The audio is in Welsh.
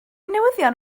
newyddion